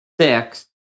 Six